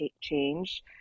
change